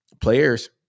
players